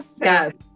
Yes